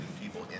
people